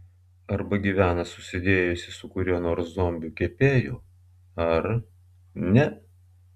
arba gyvena susidėjusi su kuriuo nors zombiu kepėju ar ne